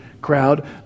crowd